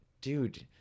dude